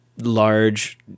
large